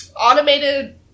Automated